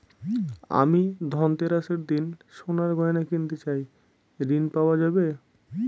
আমি ধনতেরাসের দিন সোনার গয়না কিনতে চাই ঝণ পাওয়া যাবে?